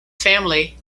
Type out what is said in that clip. family